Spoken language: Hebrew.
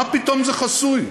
מה פתאום זה חסוי?